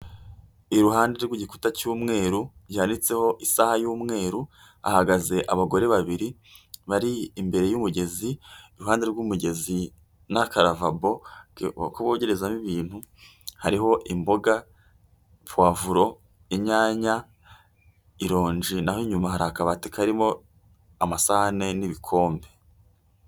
Iruhande rw'igikuta cy'umweru, hamanitseho isaha y'umweru, hahagaze abagore babiri bari imbere y'umugezi, iruhande rw'umugezi n'akararavabo, ako bogerezaho ibintu, hariho imboga, pivuro, inyanya, ironje, naho inyuma hari akabati karimo amasahane n'ibikombe.